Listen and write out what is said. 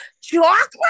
Chocolate